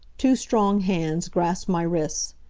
two strong hands grasped my wrists.